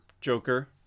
Joker